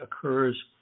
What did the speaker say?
occurs